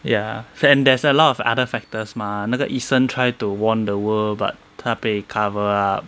ya there's a lot of other factors mah 那个医生 tried to warn the world but 他被 cover up